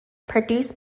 produced